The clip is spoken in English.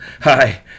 hi